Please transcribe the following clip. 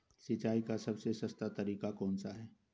सिंचाई का सबसे सस्ता तरीका कौन सा है?